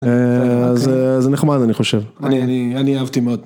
אה.. זה זה נחמד אני חושב. אני אני אני אני אהבתי מאוד.